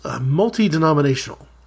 multi-denominational